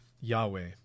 Yahweh